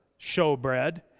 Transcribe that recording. showbread